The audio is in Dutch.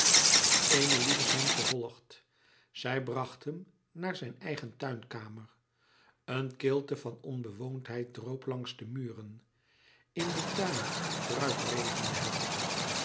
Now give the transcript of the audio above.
emilie was hem gevolgd zij bracht hem naar zijn eigen tuinkamer een kilte van onbewoondheid droop langs de muren in den tuin druipregende het